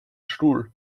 stuhl